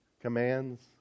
commands